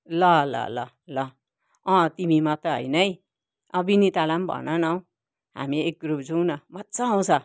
ल ल ल ल तिमी मात्रै होइन है विनितालाई पनि भन न हामी एक ग्रुप जाऔँ न मजा आउँछ